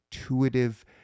intuitive